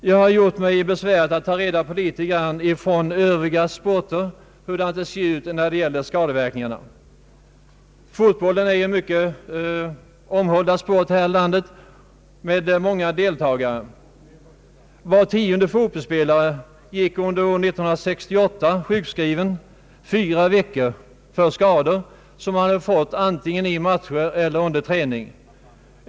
Jag har gjort mig besväret att ta reda på litet grand från övriga sporter hur det ser ut med skadeverkningarna. Fotbollen är ju en mycket omhuldad sport här i landet med många deltagare. Var tionde fotbollsspelare gick under år 1968 sjukskriven fyra veckor för skador som han hade fått antingen i matcher eller under träning.